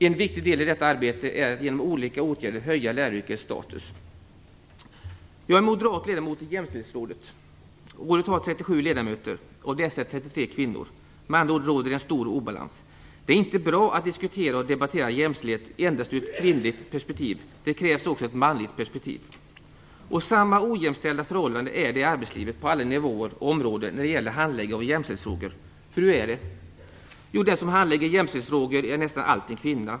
En viktig del i detta arbete är att genom olika åtgärder höja läraryrkets status. Jag är moderat ledamot i Jämställdhetsrådet. Rådet har 37 ledamöter. Av dessa är 33 kvinnor. Med andra ord råder en stor obalans. Det är inte bra att diskutera och debattera jämställdhet endast ur ett kvinnligt perspektiv. Det krävs också ett manligt perspektiv. Samma ojämställda förhållande är det i arbetslivet på alla nivåer och på alla områden när det gäller handläggandet av jämställdhetsfrågor. Den som handlägger jämställdhetsfrågor är nästan alltid en kvinna.